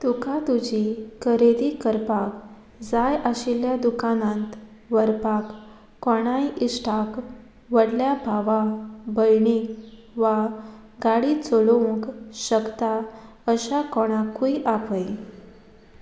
तुका तुजी खरेदी करपाक जाय आशिल्ल्या दुकानांत व्हरपाक कोणाय इश्टाक व्हडल्या भावा भयणीक वा गाडी चलोवंक शकता अशा कोणाकूय आपय